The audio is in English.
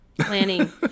planning